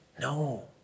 no